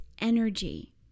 energy